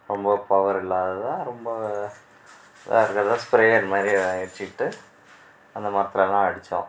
ரொம்ப பவர் இல்லாததாக ரொம்ப இதாக இருக்கிறதா ஸ்பீரேயர் மாதிரி அடிச்சுட்டு அந்த மரத்துலெலாம் அடித்தோம்